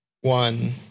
one